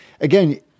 again